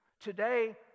today